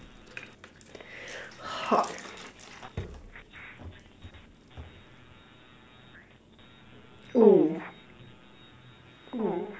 hulk oh